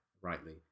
rightly